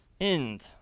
end